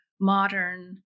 modern